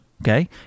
okay